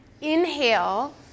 inhale